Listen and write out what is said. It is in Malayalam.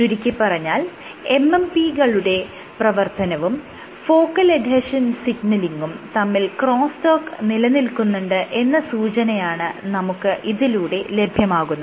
ചുരുക്കിപ്പറഞ്ഞാൽ MMP കളുടെ പ്രവർത്തനവും ഫോക്കൽ എഡ്ഹെഷൻ സിഗ്നലിങും തമ്മിൽ ക്രോസ് ടോക്ക് നിലനിൽക്കുന്നുണ്ട് എന്ന സൂചനയാണ് നമുക്ക് ഇതിലൂടെ ലഭ്യമാകുന്നത്